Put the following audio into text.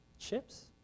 Chips